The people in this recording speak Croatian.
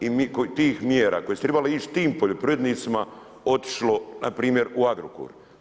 I tih mjera koje su trebale ići tim poljoprivrednicima otišlo npr. u Agrokor?